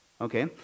Okay